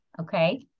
okay